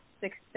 success